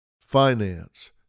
finance